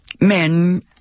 men